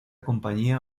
compañía